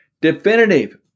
definitive